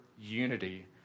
unity